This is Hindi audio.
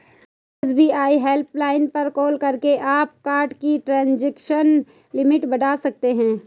एस.बी.आई हेल्पलाइन पर कॉल करके आप कार्ड की ट्रांजैक्शन लिमिट बढ़ा सकते हैं